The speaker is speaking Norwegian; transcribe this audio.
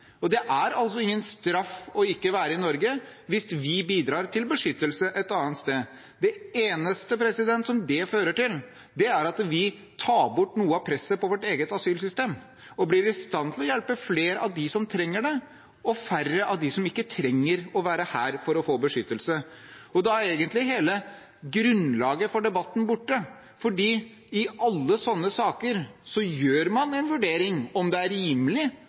Det er altså ingen straff ikke å være i Norge, hvis vi bidrar til beskyttelse et annet sted. Det eneste det fører til, er at vi tar bort noe av presset på vårt eget asylsystem og blir i stand til å hjelpe flere av dem som trenger det, og færre av dem som ikke trenger å være her for å få beskyttelse. Da er egentlig hele grunnlaget for debatten borte, fordi i alle sånne saker gjør man en vurdering av om det er rimelig